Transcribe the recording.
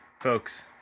folks